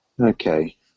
Okay